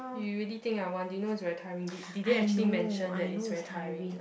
you really think I want do you know it's very tiring did did they actually mention that it's very tiring